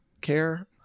care